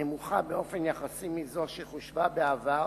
נמוכה באופן יחסי מזו שחושבה בעבר